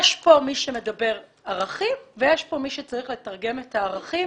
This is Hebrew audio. יש פה מי שמדבר ערכים ויש פה מי שצריך לתרגם את הערכים